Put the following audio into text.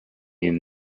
inn